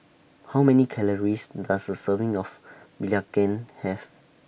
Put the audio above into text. How Many Calories Does A Serving of Belacan Have